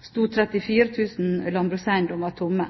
sto 34 000 landbrukseiendommer tomme.